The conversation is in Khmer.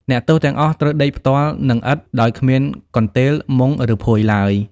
អ្នកទោសទាំងអស់ត្រូវដេកផ្ទាល់នឹងឥដ្ឋ ដោយគ្មានកន្ទេល មុង ឬភួយឡើយ។